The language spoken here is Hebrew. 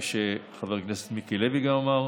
כפי שחבר הכנסת מיקי לוי גם אמר,